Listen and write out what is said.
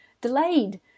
delayed